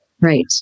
right